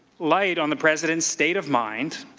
light on the president's state of mind